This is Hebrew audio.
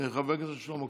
חבר הכנסת שלמה קרעי.